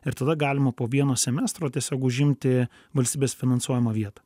ir tada galima po vieno semestro tiesiog užimti valstybės finansuojamą vietą